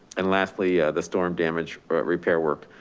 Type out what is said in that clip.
and lastly the storm damage or repair work.